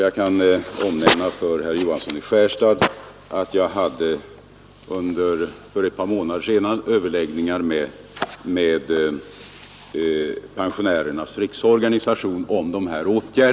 Jag kan också omnämna för herr Johansson i Skärstad att jag för ett par månader sedan hade överläggningar med Pensionärernas riksorganisation om dessa åtgärder.